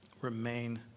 Remain